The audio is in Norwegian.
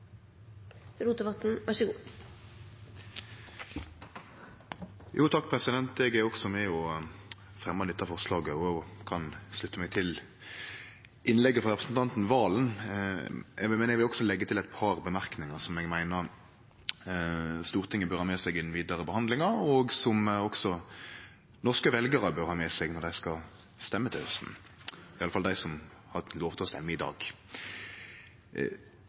Valen. Eg vil også leggje til eit par merknader som eg meiner Stortinget bør ha med seg i den vidare behandlinga, og som også norske veljarar bør ha med seg når dei skal stemme til hausten, iallfall dei som har lov til å stemme i dag.